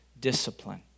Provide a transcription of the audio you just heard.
discipline